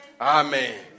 Amen